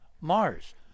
Mars